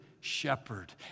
shepherd